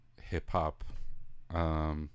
hip-hop